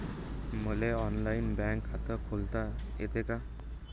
मले online bank खात खोलता येते का?